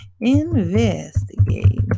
investigate